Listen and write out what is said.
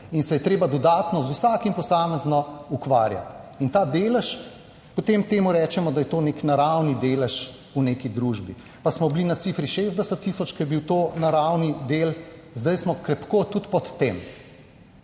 In se je treba dodatno z vsakim posamezno ukvarjati. Ta delež, potem temu rečemo, da je to nek naravni delež v neki družbi, pa smo bili na cifri 60 tisoč, ko je bil to naravni del, zdaj smo krepko tudi pod tem.